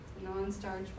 non-starch